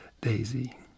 daisy